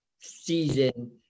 season